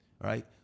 right